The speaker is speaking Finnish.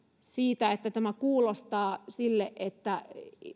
siitä että tämä kuulostaa sille että